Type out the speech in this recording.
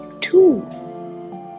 two